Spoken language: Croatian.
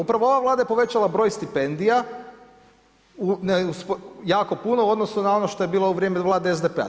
Upravo ova Vlada je povećala broj stipendija, jako puno u odnosu na ono što je bilo u vrijeme Vlade SDP-a.